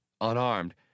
unarmed